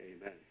amen